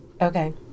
okay